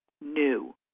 new